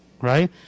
right